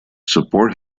support